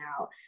out